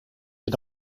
did